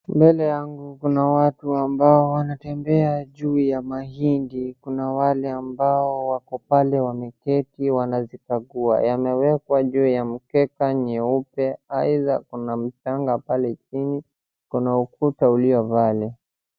Mbele yangu kuna watu ambao wanatembea juu ya mahindi kuna wale ambao wako pale wameketi wanazikagua. Yamewekwa juu ya mikeka nyeupe either kuna mchanga pale chini kuna ukuta ulio pale.